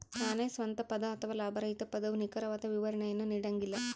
ತಾನೇ ಸ್ವಂತ ಪದ ಅಥವಾ ಲಾಭರಹಿತ ಪದವು ನಿಖರವಾದ ವಿವರಣೆಯನ್ನು ನೀಡಂಗಿಲ್ಲ